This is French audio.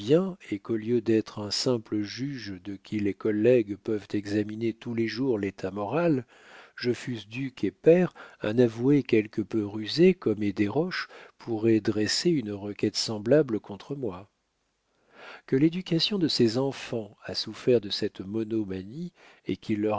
et qu'au lieu d'être un simple juge de qui les collègues peuvent examiner tous les jours l'état moral je fusse duc et pair un avoué quelque peu rusé comme est desroches pourrait dresser une requête semblable contre moi que l'éducation de ses enfants a souffert de cette monomanie et qu'il leur